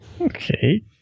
Okay